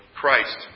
Christ